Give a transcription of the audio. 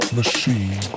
Machine